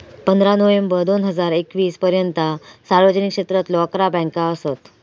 पंधरा नोव्हेंबर दोन हजार एकवीस पर्यंता सार्वजनिक क्षेत्रातलो अकरा बँका असत